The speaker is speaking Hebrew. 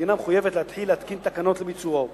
והמדינה מחויבת להתחיל להתקין תקנות לביצועו,